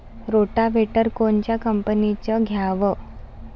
Rotavator कोनच्या कंपनीचं घ्यावं?